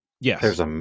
Yes